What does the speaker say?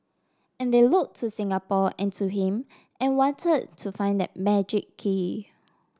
and they looked to Singapore and to him and wanted to find that magic key